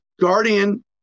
Guardian